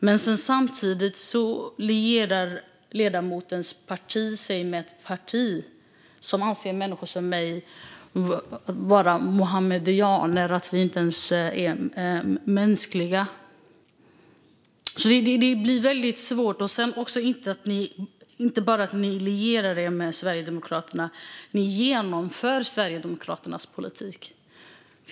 Men samtidigt lierar sig ledamotens parti med ett parti som anser människor som jag vara muhammedaner som inte ens är mänskliga. Det blir väldigt svårt. Och ni inte bara lierar er med Sverigedemokraterna; ni genomför Sverigedemokraternas politik.